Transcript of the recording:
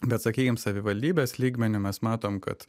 bet sakykim savivaldybės lygmeniu mes matom kad